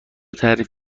تعریف